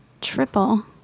triple